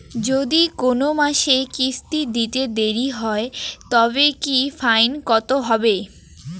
যদি কোন মাসে কিস্তি দিতে দেরি হয় তবে কি ফাইন কতহবে?